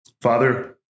Father